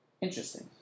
Interesting